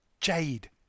Jade